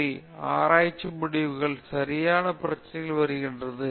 சரியா ஆராய்ச்சி முடிவுக்கு சரியான பிரச்சனையைப் பெறுகிறது